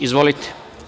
Izvolite.